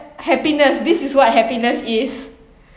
happiness this is what happiness is